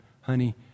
Honey